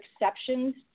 exceptions